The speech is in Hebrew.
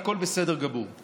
והכול בסדר גמור.